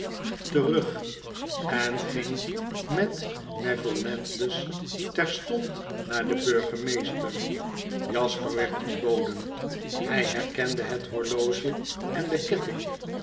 terug en ging met neville landless terstond naar den burgemeester jasper werd ontboden hy herkende het horloge en den ketting